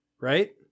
right